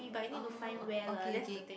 oh okay okay